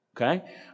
okay